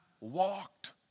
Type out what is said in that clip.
walked